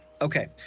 Okay